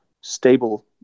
stable